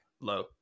Low